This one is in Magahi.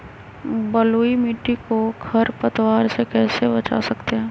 बलुई मिट्टी को खर पतवार से कैसे बच्चा सकते हैँ?